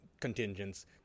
contingents